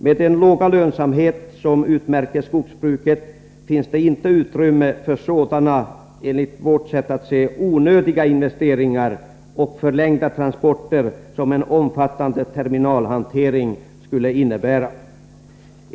Med den låga lönsamhet som utmärker skogsbruket finns det inte utrymme för sådana, enligt vårt sätt att se, onödiga investeringar och förlängda transporter som en omfattande terminalhantering skulle innebära.